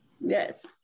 Yes